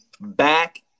back